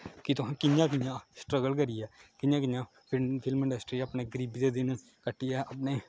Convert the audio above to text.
कि तुसें कि'यां कि'यां स्ट्रगल करियै कि'यां कि'यां फिल्म इंडस्ट्री च अपने गरीबी दे दिन कट्टियै अपने